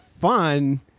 fun